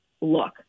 look